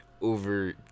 over